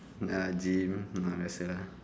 ah gym um that's all lah